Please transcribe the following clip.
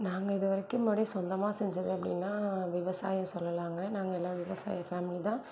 நாங்கள் இதுவரைக்கும் சொந்தமாக செஞ்சது அப்படின்னா விவசாயம் சொல்லலாங்க நாங்கெல்லாம் விவசாய ஃபேமிலி தான்